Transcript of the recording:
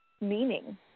meaning